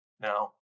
Now